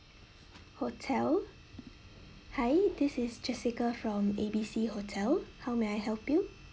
hotel hi this is jessica from A B C hotel how may I help you